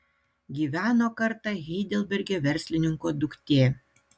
gyveno kartą heidelberge verslininko duktė